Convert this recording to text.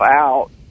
out